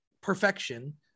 perfection